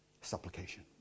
Supplication